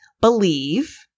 believe